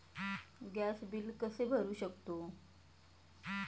Gas bill कसे भरू शकतो?